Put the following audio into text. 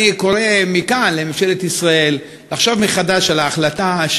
אני קורא מכאן לממשלת ישראל לחשוב מחדש על ההחלטה,